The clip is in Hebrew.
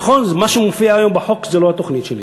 נכון, מה שמופיע היום בחוק זה לא התוכנית שלי.